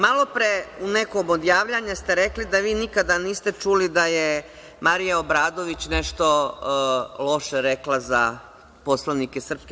Malopre u nekom od javljanja ste rekli da vi nikada niste čuli da je Marija Obradović nešto loše rekla za poslanike SRS.